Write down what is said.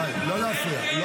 היית חתום איתי על הצעת החוק.